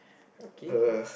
okay